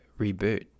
Reboot